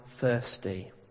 thirsty